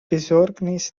besorgnis